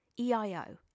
EIO